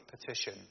petition